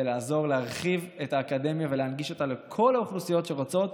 זה לעזור להרחיב את האקדמיה ולהנגיש אותה לכל האוכלוסיות שרוצות,